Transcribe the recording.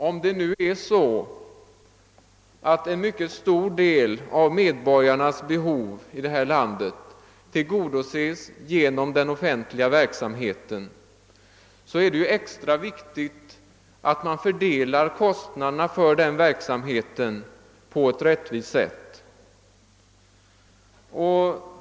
Om nu en mycket stor del av medborgarnas behov tillgodoses genom den offentliga verksamheten, är det extra viktigt att fördela kostnaderna för denna verksamhet på ett rättvist sätt.